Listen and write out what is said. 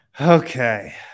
Okay